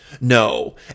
No